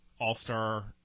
all-star